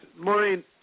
Maureen